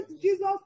Jesus